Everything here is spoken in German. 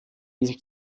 diesem